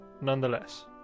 nonetheless